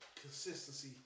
Consistency